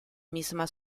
misma